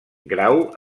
grau